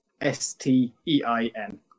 S-T-E-I-N